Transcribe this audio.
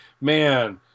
Man